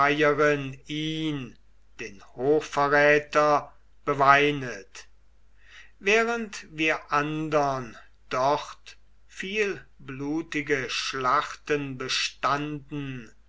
den hochverräter beweinet während wir andern dort viel blutige schlachten bestanden